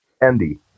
Andy